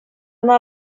una